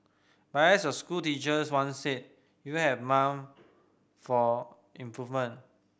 but as your school teachers once said you have mum for improvement